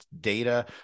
data